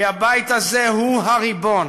כי הבית הזה הוא הריבון